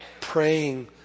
praying